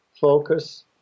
focus